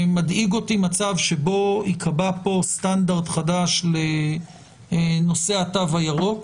מדאיג אותי מצב שבו ייקבע פה סטנדרט חדש לנושא התו הירוק